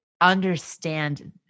understand